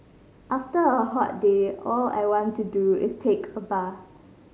after a hot day all I want to do is take a bath